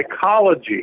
psychology